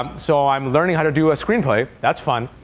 um so i'm learning how to do a screenplay. that's fun.